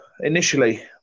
initially